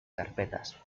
carpetas